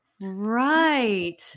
Right